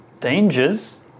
dangers